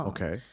Okay